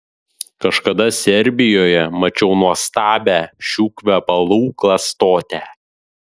kažkada serbijoje mačiau nuostabią šių kvepalų klastotę